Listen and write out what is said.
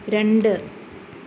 രണ്ട്